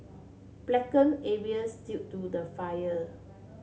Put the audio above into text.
blacken areas due to the fire